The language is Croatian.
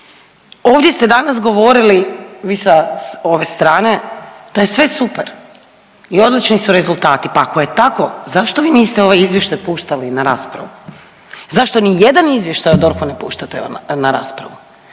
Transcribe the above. Ovdje ste danas govorili vi sa ove strane da je sve super i odlični su rezultati, pa ako je tako zašto vi niste ovaj izvještaj pustili na raspravu? Zašto nijedan izvještaj o DORH-u ne puštate na raspravu?